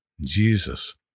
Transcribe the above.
Jesus